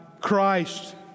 Christ